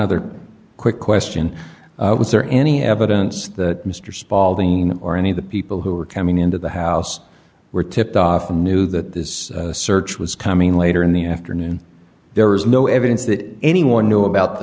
other quick question was there any evidence that mr spalding or any of the people who were coming into the house were tipped off and knew that this search was coming later in the afternoon there was no evidence that anyone knew about the